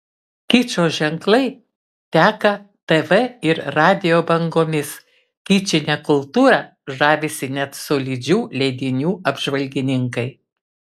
kičo ženklai teka tv ir radijo bangomis kičine kultūra žavisi net solidžių leidinių apžvalgininkai